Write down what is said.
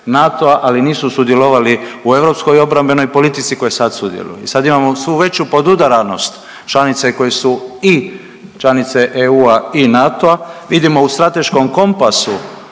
ali nisu sudjelovali u europskoj obrambenoj politici koje sad sudjeluju. I sad imamo svu veću podudaranost članica i koje su članice i EU-a i NATO-a. Vidimo u strateškom kompasu